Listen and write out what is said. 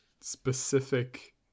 specific